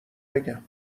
بگم